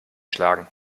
schlagen